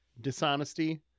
dishonesty